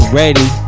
ready